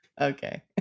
Okay